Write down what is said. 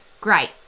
Great